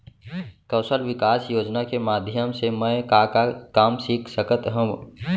कौशल विकास योजना के माधयम से मैं का का काम सीख सकत हव?